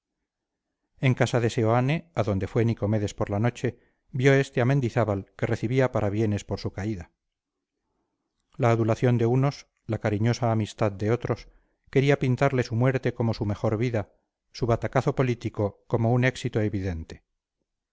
en casa de seoane a donde fue nicomedes por la noche vio este a mendizábal que recibía parabienes por su caída la adulación de unos la cariñosa amistad de otros quería pintarle su muerte como su mejor vida su batacazo político como un éxito evidente